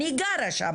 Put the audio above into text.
אני גרה שם.